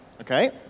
Okay